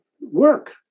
work